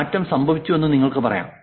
മാറ്റം സംഭവിച്ചുവെന്ന് നിങ്ങൾക്ക് പറയാം